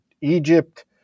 Egypt